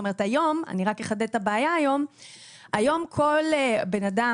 היום אני רק אחדד את הבעיה היום כל בן אדם